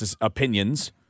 opinions